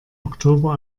oktober